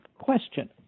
question